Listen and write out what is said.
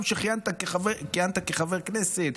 גם כשכיהנת כחבר כנסת,